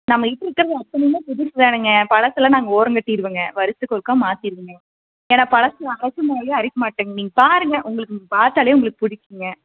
நம்மகிட்டே இருக்கிறது அத்தனையுமே புதுசு தானுங்க பழசெலாம் நாங்கள் ஓரங்கட்டிடுவங்க வருஷத்துக்கு ஒருக்கா மாற்றிருவங்க ஏன்னால் பழசு அரைத்த மாவையே அரைக்க மாட்டோங்க நீங்கள் பாருங்க உங்களுக்கு பார்த்தாலே உங்களுக்கு பிடிக்குங்க